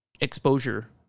exposure